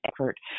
effort